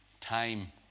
time